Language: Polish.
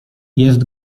jest